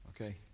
okay